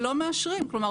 כלומר,